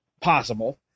possible